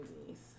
movies